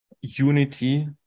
unity